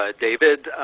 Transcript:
ah david,